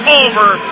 over